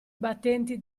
battenti